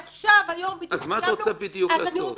אז מה את רוצה בדיוק לעשות?